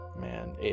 man